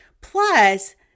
Plus